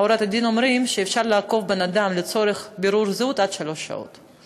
הוראות הדין אומרות שאפשר לעכב בן-אדם לצורך בירור זהות עד שלוש שעות.